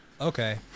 Okay